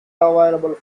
available